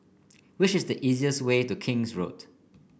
wish the easiest way to King's Road